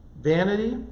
vanity